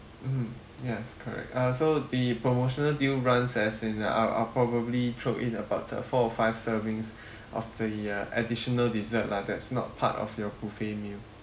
mm yes correct uh so the promotional deal runs as in uh I'll I'll probably throw in about uh four or five servings of the uh additional dessert lah that's not part of your buffet meal